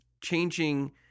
changing